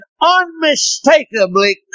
unmistakably